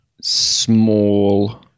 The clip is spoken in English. small